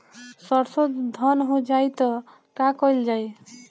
सरसो धन हो जाई त का कयील जाई?